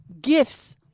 gifts